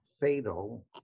fatal